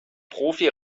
profi